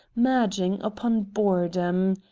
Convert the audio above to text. merging upon boredom.